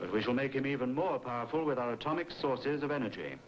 but will make it even more powerful without atomic sources of energy